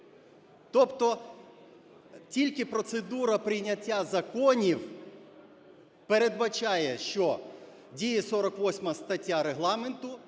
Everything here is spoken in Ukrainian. Тобто тільки процедура прийняття законів передбачає, що діє 48 стаття Регламенту,